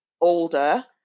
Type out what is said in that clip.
older